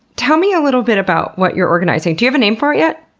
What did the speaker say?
tell me a little bit about what you're organizing. do you have a name for it yet?